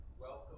Welcome